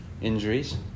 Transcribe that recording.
injuries